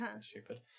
stupid